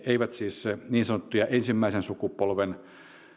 eivät siis niin sanottuja ensimmäisen sukupolven